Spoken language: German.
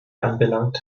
anbelangt